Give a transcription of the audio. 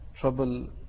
Trouble